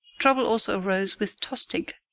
trouble also arose with tostig,